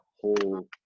whole